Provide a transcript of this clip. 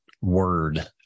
word